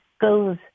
goes